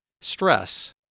stress